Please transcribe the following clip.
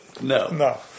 No